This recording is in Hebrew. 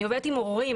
אני עובדת עם הורים.